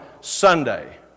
Sunday